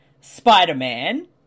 Spider-Man